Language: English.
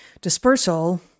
Dispersal